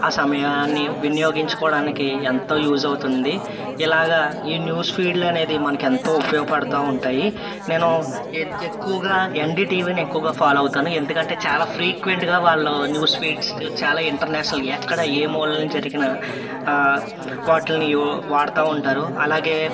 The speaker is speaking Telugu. ఆ సమయాన్ని వినియోగించుకోవడానికి ఎంతో యూస్ అవుతుంది ఇలాగా ఈ న్యూస్ ఫీడ్లు అనేది మనకెంతో ఉపయోగపడుతూ ఉంటాయి నేను ఎ ఎక్కువగా ఎన్డి టీవీని ఎక్కువగా ఫాలో అవుతాను ఎందుకంటే చాలా ఫ్రీక్వెంట్గా వాళ్ళు న్యూస్ ఫీడ్స్కి చాలా ఇంటర్నేషనల్ ఎక్కడ ఏ మూల జరిగిన వాటిల్ని వాడుతూ ఉంటారు అలాగే